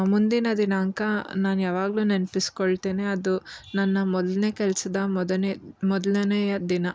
ಮುಂದಿನ ದಿನಾಂಕ ನಾನು ಯಾವಾಗಲೂ ನೆನಪಿಸ್ಕೊಳ್ತೇನೆ ಅದು ನನ್ನ ಮೊದಲ್ನೇ ಕೆಲಸದ ಮೊದಲನೆ ಮೊದಲನೆಯ ದಿನ